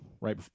right